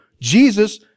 Jesus